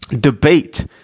debate